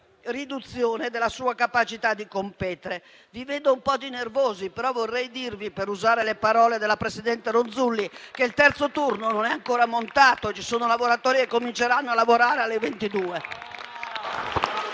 riduzione della sua capacità di competere. Vi vedo un po' nervosi, colleghi, ma, per usare le parole della presidente Ronzulli, vorrei dirvi che il terzo turno non è ancora montato: ci sono lavoratori che cominceranno a lavorare alle ore